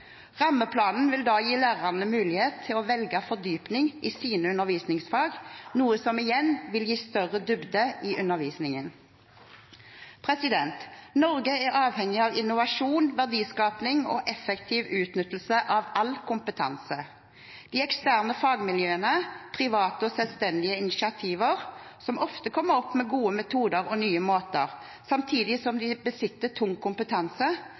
Rammeplanen vil da gi lærerne mulighet til å velge fordypning i sine undervisningsfag, noe som igjen vil gi større dybde i undervisningen. Norge er avhengig av innovasjon, verdiskaping og effektiv utnyttelse av all kompetanse. De eksterne fagmiljøene – private og selvstendige initiativer, som ofte kommer opp med gode metoder og nye måter, samtidig som de besitter tung kompetanse